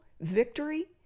victory